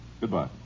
Goodbye